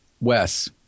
Wes